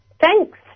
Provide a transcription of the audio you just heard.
Thanks